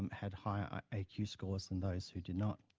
um had high a. q. scores than those who did not.